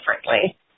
differently